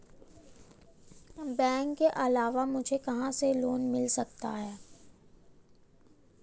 बैंकों के अलावा मुझे कहां से लोंन मिल सकता है?